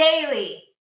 daily